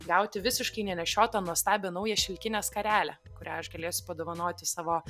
gauti visiškai nenešiotą nuostabią naują šilkinę skarelę kurią aš galėsiu padovanoti savo